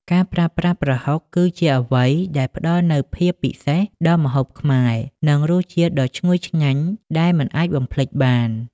ការប្រើប្រាស់ប្រហុក គឺជាអ្វីដែលផ្តល់នូវភាពពិសេសដល់ម្ហូបខ្មែរ និងរសជាតិដ៏ឈ្ងុយឆ្ងាញ់ដែលមិនអាចបំភ្លេចបាន។